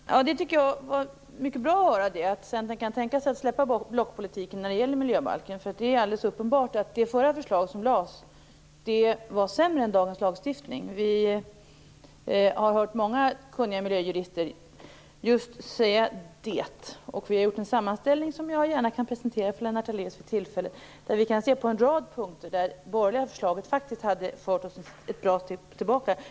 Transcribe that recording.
Fru talman! Det tycker jag var mycket bra att höra. Centern kan tydligen tänka sig att släppa blockpolitiken när det gäller miljöbalken. Det är ju alldeles uppenbart att det förra förslaget som lades fram var sämre än dagens lagstiftning. Vi har hört många kunniga miljöjurister säga just det. Miljöpartiet har gjort en sammanställning som jag gärna presenterar för Lennart Daléus vid tillfälle. Där kan man finna en rad punkter där det borgerliga förslaget faktiskt hade fört oss ett bra steg tillbaka.